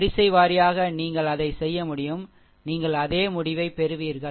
வரிசை வாரியாக நீங்கள் அதை செய்ய முடியும் நீங்கள் அதே முடிவைப் பெறுவீர்கள்